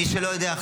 מי שלא יודע,